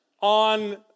on